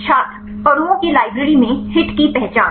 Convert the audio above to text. छात्र अणुओं के लाइब्रेरी में हिट की पहचान